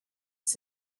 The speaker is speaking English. its